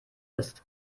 ist